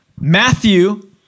Matthew